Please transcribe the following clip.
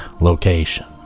location